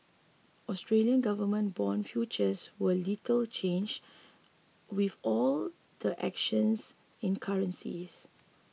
Australian government bond futures were little changed with all the actions in currencies